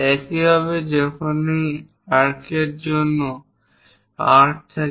একইভাবে যখনই এই আর্ক এর জন্য আর্ক থাকে